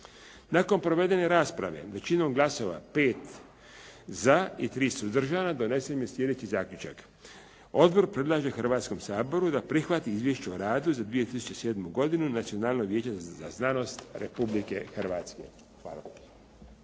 Nakon provedene rasprave, većinom glasova, 5 za i 3 suzdržana donesen je sljedeći zaključak: Odbor predlaže Hrvatskom saboru da prihvati Izvješće o radu za 2007. godinu Nacionalnog vijeća za znanost Republike Hrvatske. Hvala.